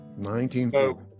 1940